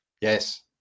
Yes